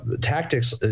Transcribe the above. tactics